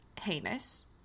heinous